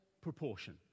proportion